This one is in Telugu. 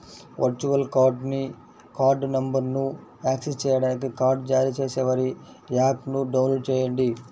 వర్చువల్ కార్డ్ని కార్డ్ నంబర్ను యాక్సెస్ చేయడానికి కార్డ్ జారీ చేసేవారి యాప్ని డౌన్లోడ్ చేయండి